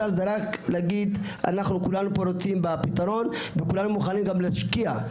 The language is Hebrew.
זה רק לומר: כולנו רוצים בפתרון וכולנו מוכנים להשקיע,